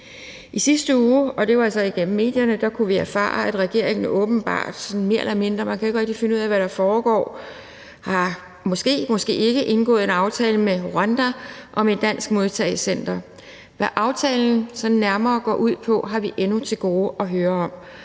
medierne – kunne vi erfare, at regeringen åbenbart, for man kan jo ikke rigtig finde ud af, hvad der foregår, måske eller måske ikke har indgået en aftale med Rwanda om et dansk modtagecenter. Hvad aftalen sådan nærmere går ud på, har vi endnu til gode at høre om.